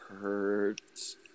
hurts